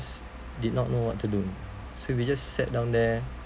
did not know what to do so we just sat down there